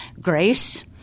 Grace